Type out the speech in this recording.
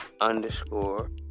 Underscore